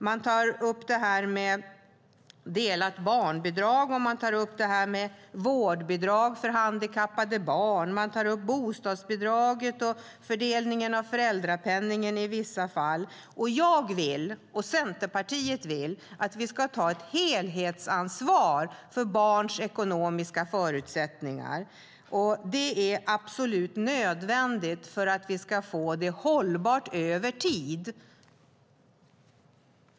Man tar upp delat barnbidrag, vårdbidrag för handikappade barn, bostadsbidraget och fördelningen av föräldrapenningen i vissa fall. Jag och Centerpartiet vill att vi ska ta ett helhetsansvar för barns ekonomiska förutsättningar. Det är absolut nödvändigt för att vi ska få det hållbart över tid.